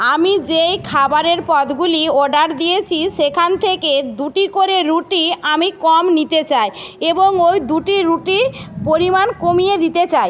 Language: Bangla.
আমি যেই খাবারের পদগুলি অর্ডার দিয়েছি সেখান থেকে দুটি করে রুটি আমি কম নিতে চাই এবং ওই দুটি রুটির পরিমাণ কমিয়ে দিতে চাই